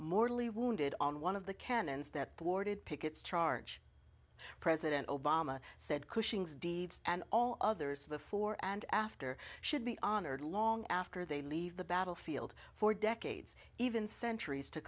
mortally wounded on one of the cannons that boarded pickett's charge president obama said cushing's deeds and all others before and after should be honored long after they leave the battlefield for decades even centuries to